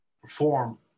perform